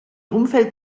umfeld